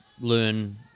learn